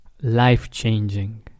life-changing